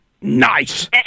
Nice